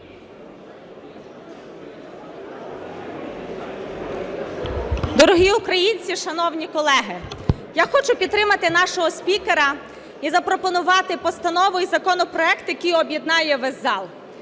Дорогі українці, шановні колеги! Я хочу підтримати нашого спікера і запропонувати постанову і законопроект, який об'єднає весь зал.